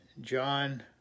John